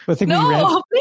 No